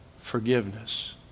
forgiveness